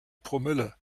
promille